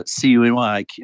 CUNY